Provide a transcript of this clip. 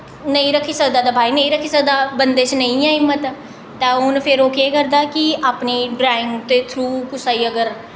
नेईं रक्खी सकदा तां बाई नेईं रक्खी सकदा बंदे च नेईं ऐ हिम्मत तां हून ओह् केह् करदा कि अपनी ड्राईंग दे थ्रू कुसा गी अगर